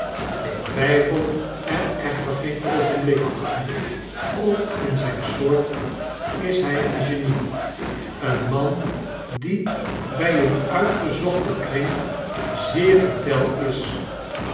ik twijfel er echter geen oogenblik aan of in zijn soort is hij een genie een man die bij een uitgezochten kring zeer in tel is